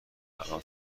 الان